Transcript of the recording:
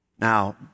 Now